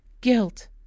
guilt